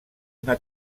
una